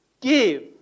give